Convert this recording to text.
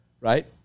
right